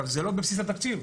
זה לא בבסיס התקציב,